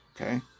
okay